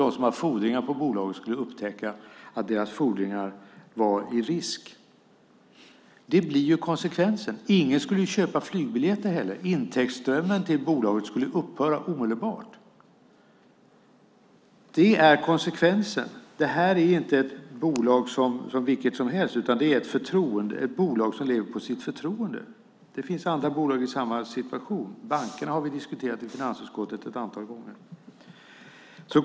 De som har fordringar på bolaget skulle upptäcka att de skulle riskera sina fordringar. Det blir konsekvensen. Ingen skulle heller köpa flygbiljetter. Intäktsströmmen till bolaget skulle upphöra omedelbart. Det är konsekvensen. Det här är inte ett bolag vilket som helst utan det är ett bolag som lever på sitt förtroende. Det finns andra bolag i samma situation. Vi har diskuterat bankerna i finansutskottet ett antal gånger.